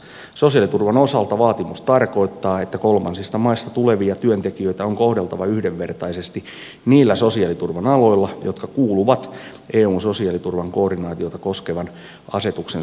sosiaaliturvan osalta vaatimus tarkoittaa että kolmansista maista tulevia työntekijöitä on kohdeltava yhdenvertaisesti niillä sosiaaliturvan aloilla jotka kuuluvat eun sosiaaliturvan koordinaatiota koskevan asetuksen soveltamisalaan